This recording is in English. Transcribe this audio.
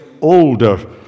older